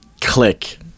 click